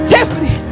Tiffany